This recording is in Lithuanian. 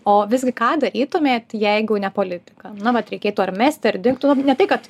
o visgi ką darytumėt jeigu ne politika na vat reikėtų ar mesti ar dingtų ne tai kad